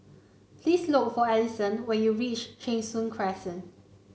please look for Allyson when you reach Cheng Soon Crescent